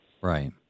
Right